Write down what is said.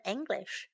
English